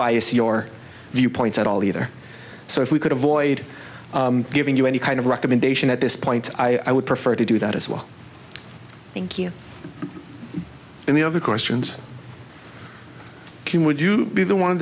bias your viewpoints at all either so if we could avoid giving you any kind of recommendation at this point i would prefer to do that as well thank you i mean other questions can would you be the one